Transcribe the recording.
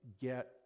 get